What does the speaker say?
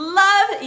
love